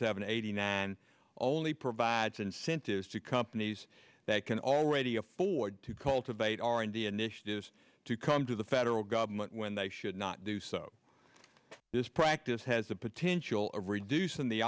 seven eighty nine only provides incentives to companies that can already afford to cultivate r and d initiatives to come to the federal government when they should not do so this practice has the potential of reducing the